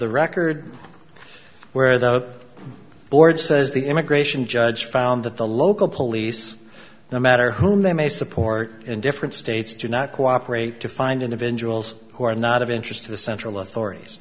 the record where the board says the immigration judge found that the local police no matter whom they may support in different states do not cooperate to find individuals who are not of interest to the central authorities